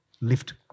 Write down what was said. lift